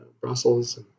Brussels